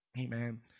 amen